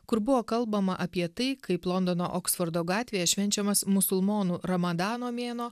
kur buvo kalbama apie tai kaip londono oksfordo gatvėje švenčiamas musulmonų ramadano mėnuo